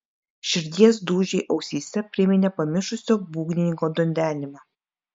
širdies dūžiai ausyse priminė pamišusio būgnininko dundenimą